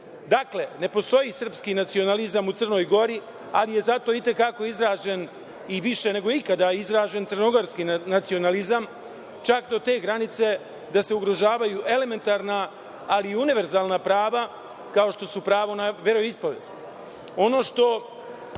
Dakle, ne postoji srpski nacionalizam u Crnoj Gori, ali je zato i te kako izražen i više nego ikada izražen crnogorski nacionalizam, čak do te granice da se ugrožavaju elementarna, ali i univerzalna prava, kao što su pravo na veroispovest. Ono što